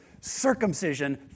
circumcision